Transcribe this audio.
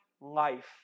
life